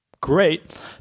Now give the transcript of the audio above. great